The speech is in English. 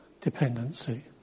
dependency